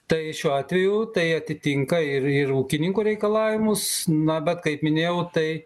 tai šiuo atveju tai atitinka ir ir ūkininkų reikalavimus na bet kaip minėjau tai